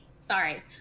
Sorry